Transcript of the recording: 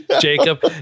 Jacob